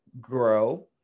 grow